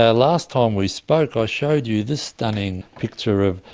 ah last time we spoke i showed you this stunning picture of,